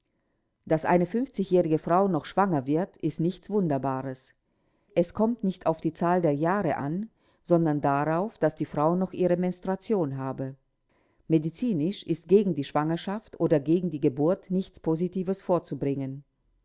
daß eine jährige frau noch schwanger wird ist nichts wunderbares es kommt nicht auf die zahl der jahre an sondern darauf daß die frau noch ihre menstruation habe medizinisch ist gegen die schwangerschaft oder gegen die geburt nichts positives vorzubringen